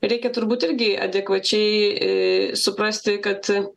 reikia turbūt irgi adekvačiai suprasti kad